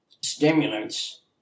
stimulants